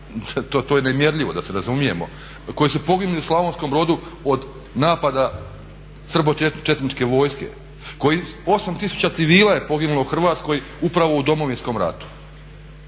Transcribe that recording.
To je nemjerljivo da se razumijemo koji su poginuli u Slavonskom Brodu od napada srbo četničke vojske, koji 8000 civila je poginulo u Hrvatskoj upravo u Domovinskom ratu.